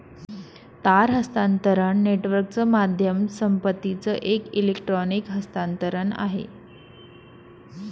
तार हस्तांतरण नेटवर्कच माध्यम संपत्तीचं एक इलेक्ट्रॉनिक हस्तांतरण आहे